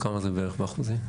כמה זה בערך באחוזים?